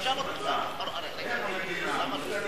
איך המדינה נותנת לו כשהוא חייב למס הכנסה.